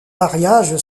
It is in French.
mariage